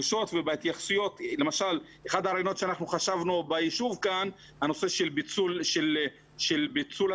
אחד הרעיונות עליו חשבנו בישוב הוא הנושא של פיצול התלמידים